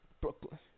Brooklyn